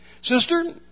Sister